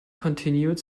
continued